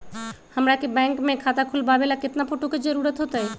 हमरा के बैंक में खाता खोलबाबे ला केतना फोटो के जरूरत होतई?